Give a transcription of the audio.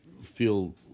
feel